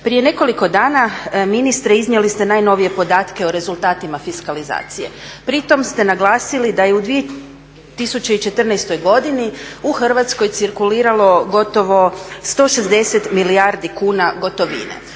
Prije nekoliko dana ministre iznijeli ste najnovije podatke o rezultatima fiskalizacije. Pritom ste naglasili da je u 2014. godini u Hrvatskoj cirkuliralo gotovo 160 milijardi kuna gotovine.